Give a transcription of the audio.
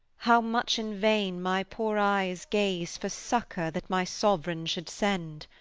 how much in vain my poor eyes gaze for succour that my sovereign should send!